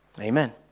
Amen